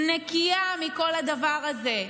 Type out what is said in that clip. נקייה מכל הדבר הזה.